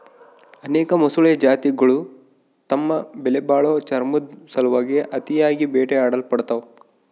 ಅನೇಕ ಮೊಸಳೆ ಜಾತಿಗುಳು ತಮ್ಮ ಬೆಲೆಬಾಳೋ ಚರ್ಮುದ್ ಸಲುವಾಗಿ ಅತಿಯಾಗಿ ಬೇಟೆಯಾಡಲ್ಪಡ್ತವ